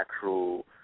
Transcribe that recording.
actual